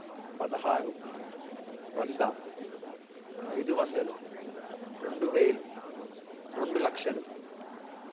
పదహారు వందలు ఐదు వందలు రెండు వేలు రెండు లక్షలు